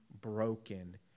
broken